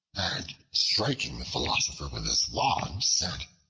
and striking the philosopher with his wand, said,